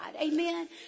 Amen